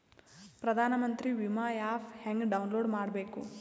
ಪ್ರಧಾನಮಂತ್ರಿ ವಿಮಾ ಆ್ಯಪ್ ಹೆಂಗ ಡೌನ್ಲೋಡ್ ಮಾಡಬೇಕು?